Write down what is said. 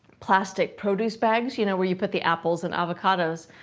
plastic produce bags, you know, where you put the apples and avocados,